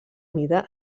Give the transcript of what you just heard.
mida